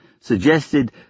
suggested